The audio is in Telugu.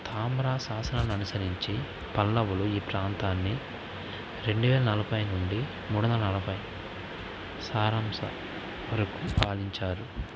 తామ్ర శాసనాన్ని అనుసరించి పల్లవులు ఈ ప్రాంతాన్ని రెండు వేల నలభై నుండి మూడు వందల నలభై సారాంశం వరకు పాలించారు